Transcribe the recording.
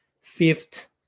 fifth